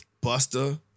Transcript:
Buster